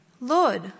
Lord